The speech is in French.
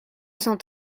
cent